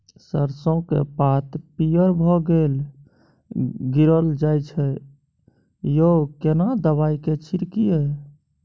सरसो के पात पीयर भ के गीरल जाय छै यो केना दवाई के छिड़कीयई?